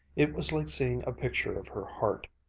it was like seeing a picture of her heart.